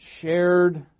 shared